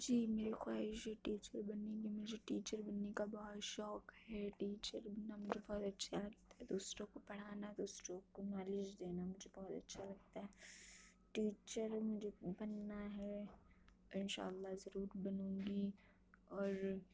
جی میرے کو آئی جی ٹیچر بنیں گے مجھے ٹیچر بننے کا بہت شوق ہے ٹیچر بننا میرے کو اچھا لگتا ہے دوسروں کو پڑھانا دوسروں کو نالج دینا مجھے بہت اچھا لگتا ہے ٹیچر مجھے بننا ہے ان شاء اللہ ضرور بنوں گی اور